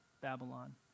Babylon